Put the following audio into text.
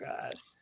guys